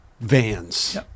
vans